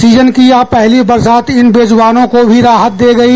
season की यह पहली बरसात इन बेजुवानों को भी राहत दे गई